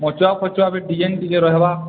ମଛୁଆ ଫଛୁଆ ବି ଡ଼ିଜାଇନ୍ ଟିକେ ରହିବା